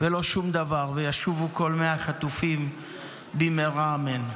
ולא שום דבר, וישובו כל 100 החטופים במהרה, אמן.